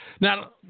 Now